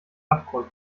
abgrund